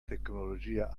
tecnologia